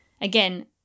Again